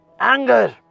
Anger